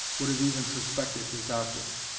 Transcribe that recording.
would have even suspected his object.